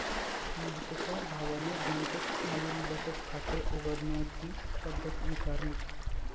मोहितच्या भावाने बँकेत नवीन बचत खाते उघडण्याची पद्धत विचारली